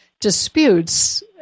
disputes